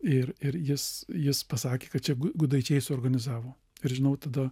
ir ir jis jis pasakė kad čia gudaičiai suorganizavo ir žinau tada